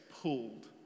pulled